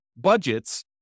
budgets